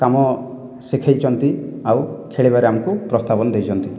କାମ ଶିଖେଇଛନ୍ତି ଆଉ ଖେଳିବାରେ ଆମକୁ ପ୍ରସ୍ତାପନ ଦେଇଛନ୍ତି